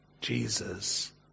Jesus